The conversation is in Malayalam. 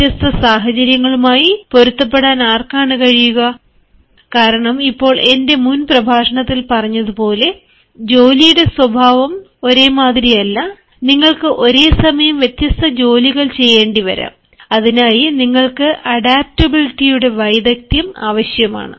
വ്യത്യസ്ത സാഹചര്യങ്ങളുമായി പൊരുത്തപ്പെടാൻ ആർക്കാണ് കഴിയുക കാരണം ഇപ്പോൾ എന്റെ മുൻ പ്രഭാഷണത്തിൽ പറഞ്ഞതുപോലെ ജോലിയുടെ സ്വഭാവം ഓരേമാതിരിയല്ല നിങ്ങൾക്ക് ഒരേ സമയം വ്യത്യസ്ത ജോലികൾ ചെയ്യേണ്ടിവരാം അതിനായി നിങ്ങൾക്ക് അഡാപ്റ്റബിലിറ്റിയുടെ വൈദഗ്ദ്ധ്യം ആവശ്യമാണ്